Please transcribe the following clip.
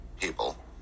people